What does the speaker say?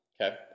okay